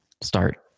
start